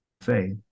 faith